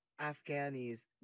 Afghanis